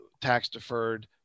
tax-deferred